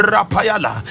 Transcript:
Rapayala